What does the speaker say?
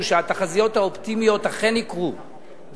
שהתחזיות האופטימיות אכן יקרו,